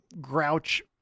grouch